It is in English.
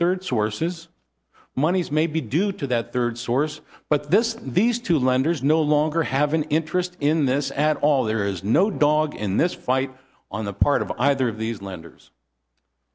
third sources monies may be due to that third source but this these two lenders no longer have an interest in this at all there is no dog in this fight on the part of either of these lenders